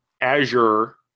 Azure